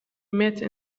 made